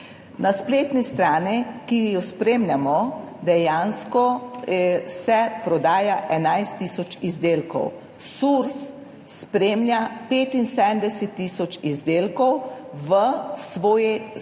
Na spletni strani, ki jo spremljamo, se dejansko prodaja 11 tisoč izdelkov. SURS spremlja 75 tisoč izdelkov v svoji